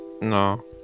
No